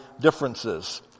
differences